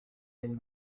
elle